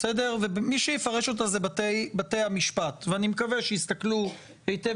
מי שיפרש אותה אלה בתי המשפט ואני מקווה שיסתכלו היטב